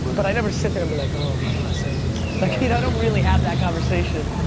but. but i never sit there and be like oh my blessings. like you know, i don't really have that conversation.